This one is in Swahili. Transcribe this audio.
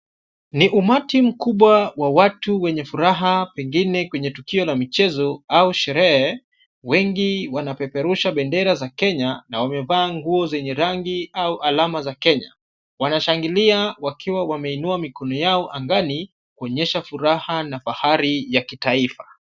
Ni umati mkubwa wa watu wenye furaha pengine kwenye tukio la mchezo au sherehe wengi wanapeperusha bendera za Kenya na wamevaa nguo zenye rangi au alama za Kenya. Wanashangilia wakiwa wameinua mikono yao angani kuonyesha furaha na fahari ya kitaifa.